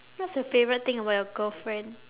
what's your favourite thing about your girlfriend